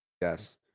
yes